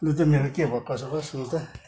लु त मेरो के भयो कसो भयो सुन् त